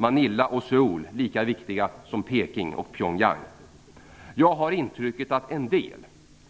Manila och Söul lika viktiga som Peking och Pyongyang. Jag har intrycket att en del,